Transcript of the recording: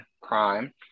crime